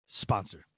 sponsor